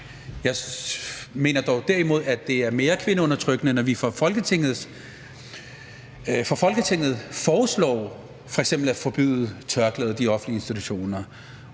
Jeg mener dog derimod, at det er mere kvindeundertrykkende, når vi fra Folketinget foreslår f.eks. at forbyde tørklæder i de offentlige institutioner;